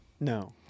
No